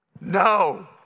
no